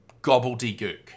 gobbledygook